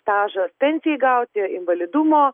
stažas pensijai gauti invalidumo